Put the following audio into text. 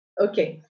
Okay